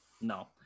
No